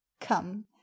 come